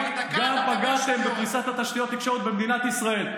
גם פגעתם בפריסת תשתיות תקשורת במדינת ישראל.